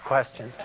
question